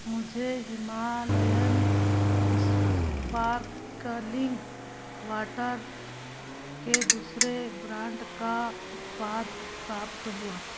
मुझे Himalayan sparkling water के दूसरे ब्रांड का उत्पाद प्राप्त हुआ